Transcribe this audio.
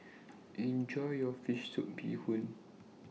Enjoy your Fish Soup Bee Hoon